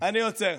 אני עוצר.